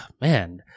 man